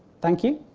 thank you.